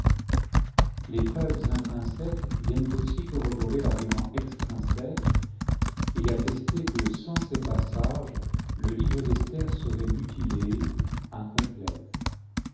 les preuves intrinsèques viennent aussi corroborer l'argument extrinsèque et attester que sans ces passages le livre d'esther serait mutilé incomplet